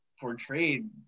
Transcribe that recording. portrayed